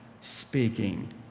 speaking